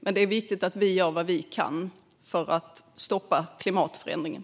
Men det är viktigt att vi gör vad vi kan för att stoppa klimatförändringarna.